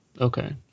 Okay